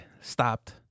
stopped